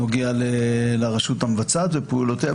שנוגע לרשות המבצעת ופעולותיה,